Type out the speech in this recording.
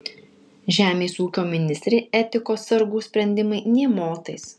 žemės ūkio ministrei etikos sargų sprendimai nė motais